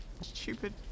Stupid